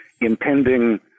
impending